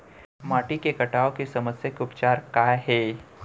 माटी के कटाव के समस्या के उपचार काय हे?